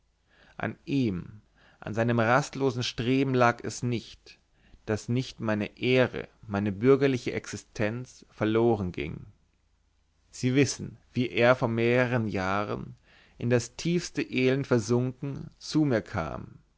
an ihm an seinem rastlosen streben lag es nicht daß nicht meine ehre meine bürgerliche existenz verloren ging sie wissen wie er vor mehreren jahren in das tiefste elend versunken zu mir kam